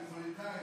לא מרוקאי.